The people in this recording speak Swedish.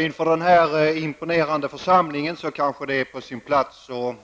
Inför den här imponerande församlingen är det kanske på sin plats att